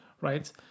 right